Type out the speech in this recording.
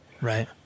Right